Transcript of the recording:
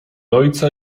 ojca